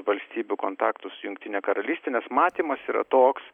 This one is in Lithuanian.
valstybių kontaktus su jungtine karalyste nes matymas yra toks